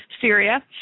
Syria